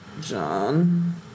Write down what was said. John